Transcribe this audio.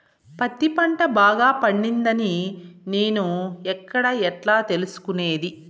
పత్తి పంట బాగా పండిందని నేను ఎక్కడ, ఎట్లా తెలుసుకునేది?